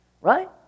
right